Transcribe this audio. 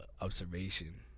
observation